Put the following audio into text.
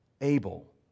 Abel